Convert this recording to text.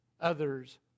others